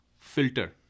filter